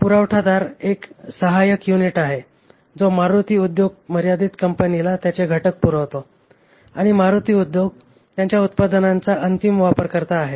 हा पुरवठादार एक सहायक युनिट आहे जो मारुती उद्योग मर्यादित कंपनीला त्याचे घटक पुरवतो आणि मारुती उद्योग त्यांच्या उत्पादनांचा अंतिम वापरकर्ता आहे